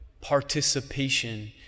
participation